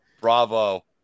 Bravo